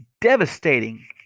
devastating